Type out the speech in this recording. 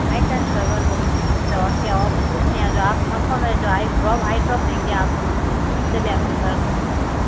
आई test करवा लो उससे और क्या और तो कुछ नहीं आँख आँखों में जो आई ड्रॉप आई ड्रॉप देंगे आपको उससे भी आपके फर्क पड़ जाएगा